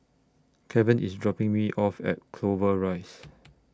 Keven IS dropping Me off At Clover Rise